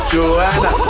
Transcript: Joanna